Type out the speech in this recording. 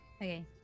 Okay